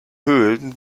höhlen